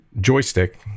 joystick